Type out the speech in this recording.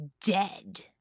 dead